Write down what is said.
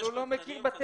אבל הוא לא מכיר בתארים.